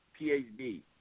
PHD